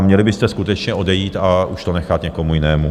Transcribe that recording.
Měli byste skutečně odejít a už to nechat někomu jinému.